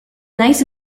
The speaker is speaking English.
nice